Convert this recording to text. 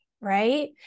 Right